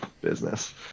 business